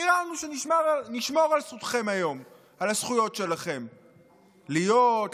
נראה לנו שנשמור על הזכויות שלכם היום להיות,